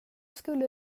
skulle